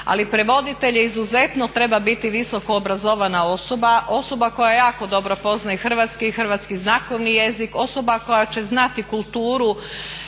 Ali prevoditelj izuzetno treba biti visoko obrazovana osoba, osoba koja jako dobro poznaje hrvatski i hrvatski znakovni jezik, osoba koja će znati kulturu,